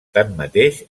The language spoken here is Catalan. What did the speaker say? tanmateix